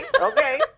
okay